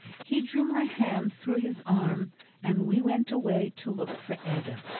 he drew my hand through his arm and we went away to look for ada.